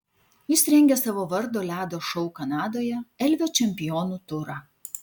jis rengia savo vardo ledo šou kanadoje elvio čempionų turą